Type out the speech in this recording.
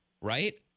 right